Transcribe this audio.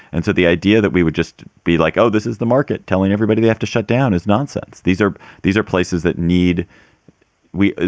and so the idea that we would just be like, oh, this is the market telling everybody they have to shut down is nonsense. these are these are places that need we.